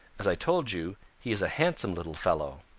as i told you, he is a handsome little fellow.